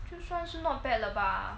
就算是 not bad liao 吧